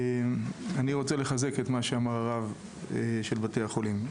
אני רוצה לחזק את מה שאמר הרב של בתי החולים.